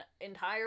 entire